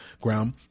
ground